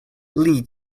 lead